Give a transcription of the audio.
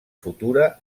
futura